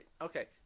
Okay